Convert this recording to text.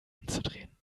anzudrehen